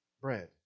bread